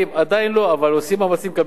עדיין לא, אבל עושים מאמצים כבירים.